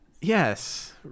Yes